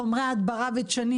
חומרי הדברה ודשנים